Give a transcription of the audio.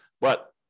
But-